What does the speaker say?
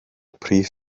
prif